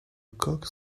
coque